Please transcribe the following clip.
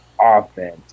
offense